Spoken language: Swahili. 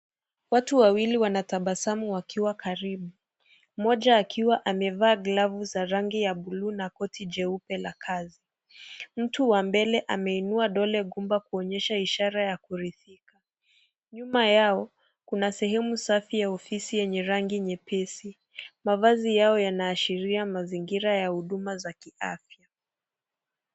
Watu wawili wanatabasamu wakiwa karibu. Mmoja akiwa amevaa glavu za rangi ya bluu na koti jeupe la kazi. Mtu wa mbele ameinua kidole gumba kuonyesha ishara ya kuridhika. Nyuma yao kuna sehemu safi ya ofisi yenye rangi nyepesi. Mavazi yao yanaashiria mazingira ya huduma za kiafya.